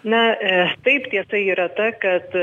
na taip tiesa yra ta kad